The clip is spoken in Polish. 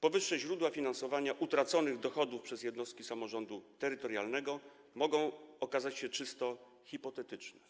Powyższe źródła finansowania utraconych dochodów przez jednostki samorządu terytorialnego mogą okazać się czysto hipotetyczne,